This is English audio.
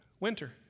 Winter